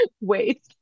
wait